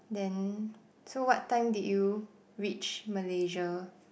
then so what time did you reach Malaysia